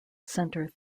center